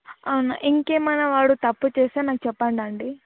అవునా ఇంకేమైనా వాడు తప్పు చేస్తే నాకు చెప్పండండి